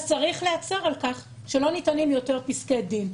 אז צריך להצר על כך שלא ניתנים יותר פסקי דין.